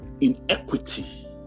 inequity